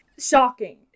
Shocking